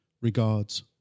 Regards